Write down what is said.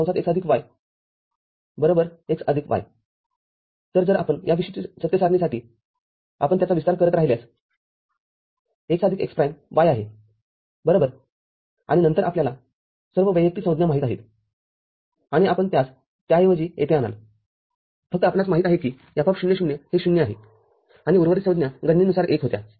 x y x y तर जर आपण या विशिष्ट सत्य सारणीसाठी आपण त्याचा विस्तार करत राहिल्यास x आदिक x प्राईम y आहे बरोबरआणि नंतर आपल्याला सर्व वैयक्तिक संज्ञा माहित आहेतआणि आपण त्यास त्याऐवजी येथे आणालफक्त आपणास माहित आहे की F00 हे ० आहेआणि उर्वरित संज्ञा गणनेनुसार १ होत्या